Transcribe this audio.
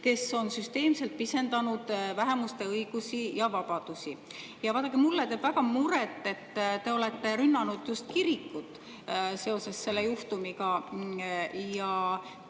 kes on süsteemselt pisendanud vähemuste õigusi ja vabadusi. Vaadake, mulle teeb väga muret, et te olete rünnanud just kirikut seoses selle juhtumiga.